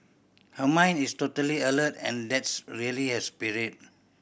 her mind is totally alert and that's really her spirit